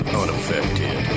unaffected